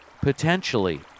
Potentially